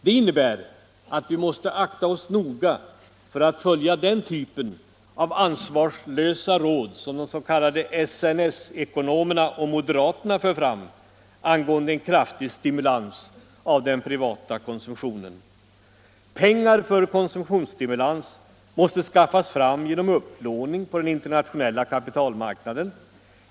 Detta innebär att vi måste akta oss noga för att följa den typ av ansvarslösa råd som de s.k. SNS-ekonomerna och moderaterna för fram angående en kraftig stimulans av den privata konsumtionen. Pengar för konsumtionsstimulans måste skaffas fram genom upplåning på den internationella kapitalmarknaden.